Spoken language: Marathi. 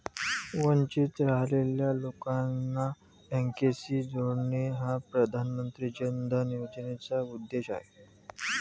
वंचित राहिलेल्या लोकांना बँकिंगशी जोडणे हा प्रधानमंत्री जन धन योजनेचा उद्देश आहे